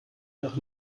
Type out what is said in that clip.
nach